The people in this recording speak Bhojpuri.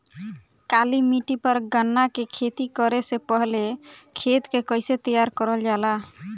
काली मिट्टी पर गन्ना के खेती करे से पहले खेत के कइसे तैयार करल जाला?